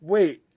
Wait